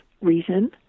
reason